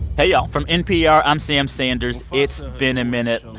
hey, y'all. from npr, i'm sam sanders. it's been a minute.